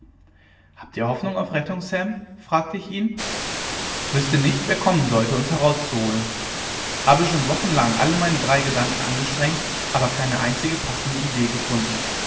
habt ihr hoffnung auf rettung sam fragte ich ihn wüßte nicht wer kommen sollte uns herauszuholen habe schon wochenlang alle meine drei gedanken angestrengt aber keine einzige passende idee gefunden